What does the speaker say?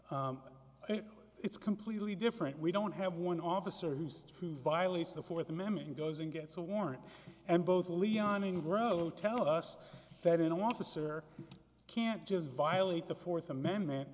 it's completely different we don't have one officer who's who violates the fourth amendment goes and gets a warrant and both leon engro tell us that in an officer can't just violate the fourth amendment